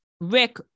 Rick